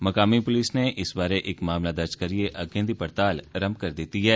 मकामी पुलस नै इस बारै इक मामला दर्ज करिये अग्गें दी पड़ताल रंभ करी दिति ऐ